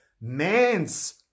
man's